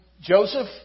Joseph